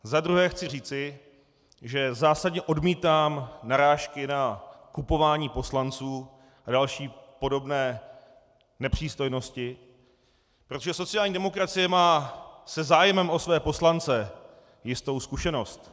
Za druhé chci říci, že zásadně odmítám narážky na kupování poslanců a další podobné nepřístojnosti, protože sociální demokracie má se zájmem o své poslance jistou zkušenost.